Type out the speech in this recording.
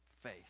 faith